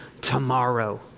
tomorrow